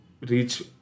reach